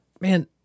man